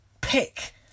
pick